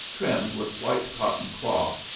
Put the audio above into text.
trimmed with white cotton cloth,